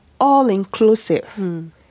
all-inclusive